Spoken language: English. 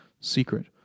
secret